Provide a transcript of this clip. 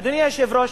אדוני היושב-ראש,